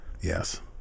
Yes